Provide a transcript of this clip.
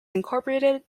incorporated